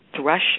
thrush